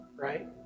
right